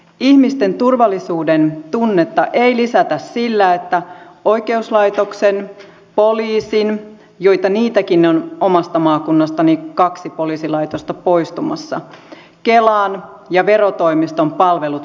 ihmisten turvallisuudentunnetta ei lisätä sillä että oikeuslaitoksen poliisin sieltäkin on omasta maakunnastani kaksi poliisilaitosta poistumassa kelan ja verotoimiston palvelut pakenevat